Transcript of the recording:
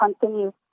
continue